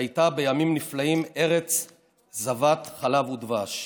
שהייתה בימים נפלאים ארץ זבת חלב ודבש".